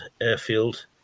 airfield